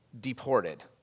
deported